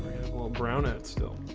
brownette still